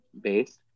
based